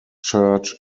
church